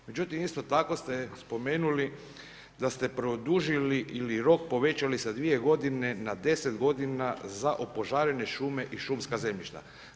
Međutim, isto tako ste spomenuli da ste produžili ili rok povećali sa dvije godine na deset godina za opožarene šume i šumska zemljišta.